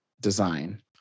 design